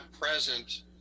present